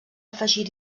afegir